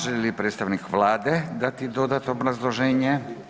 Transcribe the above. Želi li predstavnik Vlade dati dodatno obrazloženje?